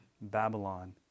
Babylon